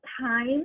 time